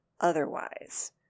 otherwise